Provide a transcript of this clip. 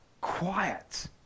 quiet